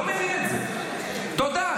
--- תודה.